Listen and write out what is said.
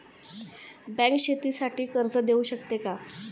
Bank शेतीसाठी कर्ज देऊ शकते का?